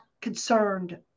concerned